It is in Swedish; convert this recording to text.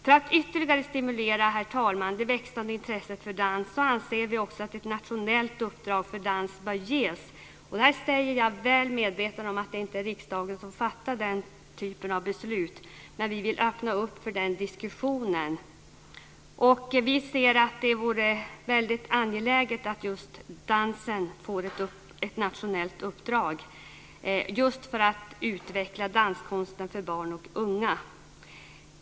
För att ytterligare stimulera det växande intresset för dans anser vi också att ett nationellt uppdrag bör ges. Det säger jag fast jag är väl medveten om att det inte är riksdagen som fattar den typen av beslut. Vi vill ändå öppna för den diskussionen. Vi anser att det är väldigt angeläget att dansen får ett nationellt uppdrag för att just utveckla danskonsten för barn och unga.